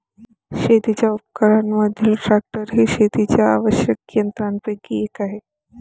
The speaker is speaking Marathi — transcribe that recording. शेतीच्या उपकरणांमधील ट्रॅक्टर हे शेतातील आवश्यक यंत्रांपैकी एक आहे